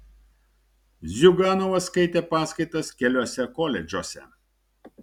ziuganovas skaitė paskaitas keliuose koledžuose